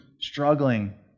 struggling